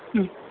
ಹ್ಞೂ